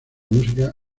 música